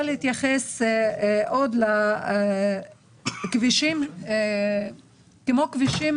בהם כבישים, וצריך בהם כבישים